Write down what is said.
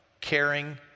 caring